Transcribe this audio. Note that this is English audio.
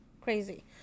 crazy